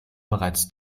bereits